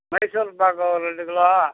மைசூர்பாக்கு ஒரு ரெண்டு கிலோ